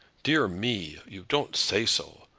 dear me! you don't say so.